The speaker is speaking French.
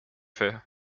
fais